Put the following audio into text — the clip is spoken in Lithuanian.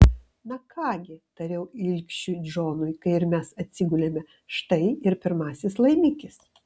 na ką gi tariau ilgšiui džonui kai ir mes atsigulėme štai ir pirmasis laimikis